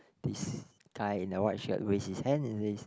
this guy in the white shirt raise his hand and it's